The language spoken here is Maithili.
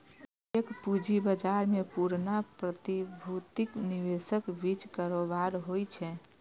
द्वितीयक पूंजी बाजार मे पुरना प्रतिभूतिक निवेशकक बीच कारोबार होइ छै